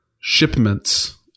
shipments